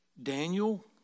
Daniel